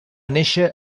néixer